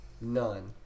None